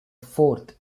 fourth